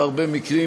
בהרבה מקרים,